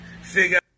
figure